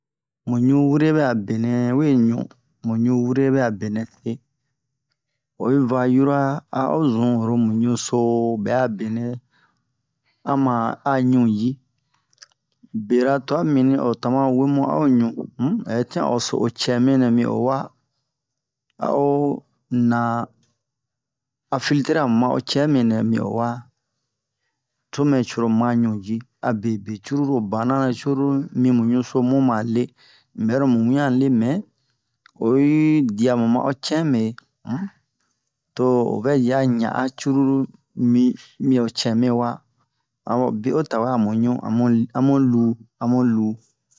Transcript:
Mu ɲu wure bɛ'a benɛ we ɲu mu ɲu wure bɛ'a benɛ se oyi va yura a'o zun oro mu ɲu so bɛ'a benɛ a ma a ɲu ji bera twa mibini o dama wemu a'o ɲu um hɛtian o so o cɛmɛ nɛ mi o wa a'o na a filtre'a mu ma'o cɛmɛ nɛ mi o wa to mɛ coro mu ma ɲu ji abe be cruru o banara cruru mi mu ɲuso mu ma le unbɛ ro mu mian le mɛ oyi dia mu ma'o cɛme um to o vɛ ji a ɲa'a cruru mi mi o cɛmɛ wa a ho bie o tawe a mu ɲu a mu li a mu lu a mu lu